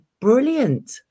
brilliant